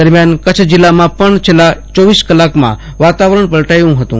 દરમ્યાન કચ્છ જિલ્લામાં પણ છેલ્લા કલાકમાં વાતાવરણ પલટાયુ હતું